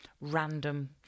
random